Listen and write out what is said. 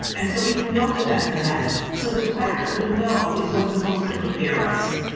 and so we know that that's going to happen. so the fact that we know is what's supposed to prepare us,